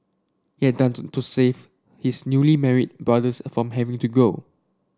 he had done to to save his newly married brothers from having to go